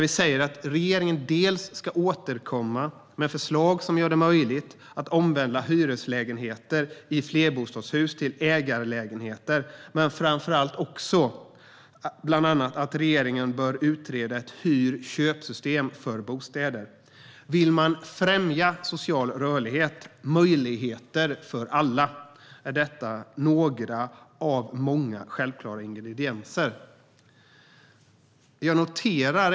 Vi säger att regeringen ska återkomma med förslag som gör det möjligt att omvandla hyreslägenheter i flerbostadshus till ägarlägenheter men också att regeringen bör utreda ett hyr-köp-system för bostäder. Vill man främja social rörlighet och möjligheter för alla är detta några av många självklara ingredienser. Herr talman!